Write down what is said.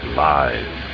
live